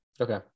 Okay